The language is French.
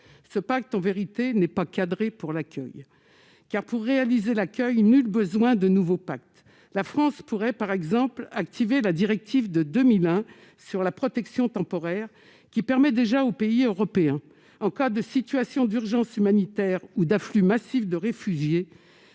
Ce pacte, en vérité, n'est pas cadré pour l'accueil, car, pour assumer cette exigence, nul besoin de nouveau pacte. La France pourrait, par exemple, activer la directive de 2001 sur la protection temporaire, qui permet déjà aux pays européens, en cas de situation d'urgence humanitaire ou d'afflux massif de réfugiés,